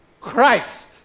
Christ